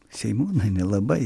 seimūnai nelabai